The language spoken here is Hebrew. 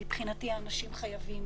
מבחינתי אנשים חייבים